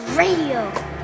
radio